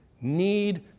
need